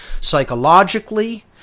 psychologically